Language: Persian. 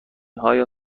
های